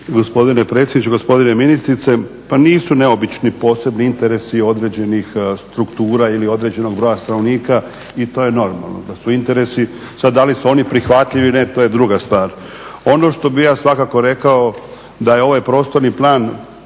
Gospodine predsjedniče, gospođo ministrice pa nisu neobični posebni interesi određenih struktura ili određenog broja stanovnika i to je normalno da su interesi. Sad da li su oni prihvatljivi ili ne, to je druga stvar. Ono što bih ja svakako rekao da je ovaj prostorni plan